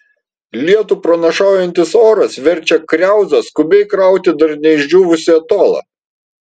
lietų pranašaujantis oras verčia kriauzą skubiai krauti dar neišdžiūvusį atolą